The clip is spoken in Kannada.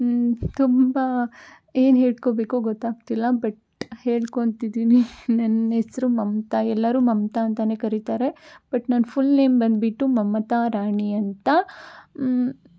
ತುಂಬ ಏನು ಹೇಳ್ಕೋಬೇಕೋ ಗೊತ್ತಾಗ್ತಿಲ್ಲ ಬಟ್ ಹೇಳ್ಕೊಳ್ತಿದೀನಿ ನನ್ನ ಹೆಸರು ಮಮತಾ ಎಲ್ಲರೂ ಮಮತಾ ಅಂತನೇ ಕರೀತಾರೆ ಬಟ್ ನನ್ನ ಫುಲ್ ನೇಮ್ ಬಂದುಬಿಟ್ಟು ಮಮತಾ ರಾಣಿ ಅಂತ